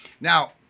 Now